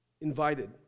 Invited